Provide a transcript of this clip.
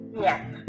Yes